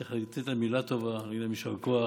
אתה צריך לתת להם מילה טובה ויישר כוח,